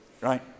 right